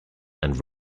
and